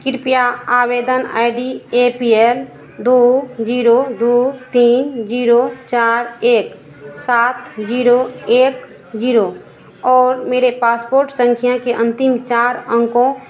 कृपया आवेदन I D A P L दो ज़ीरो दो तीन ज़ीरो चार एक सात ज़ीरो एक ज़ीरो और मेरी पासपोर्ट सँख्या के अन्तिम चार अंकों चार सात नौ छह का उपयोग करके मेरे पासपोर्ट आवेदन की इस्थिति की जाँच करें